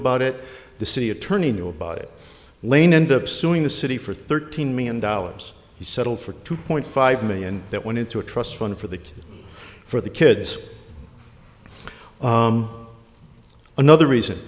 about it the city attorney knew about it lane end up suing the city for thirteen million dollars he settled for two point five million that went into a trust fund for the for the kids another reason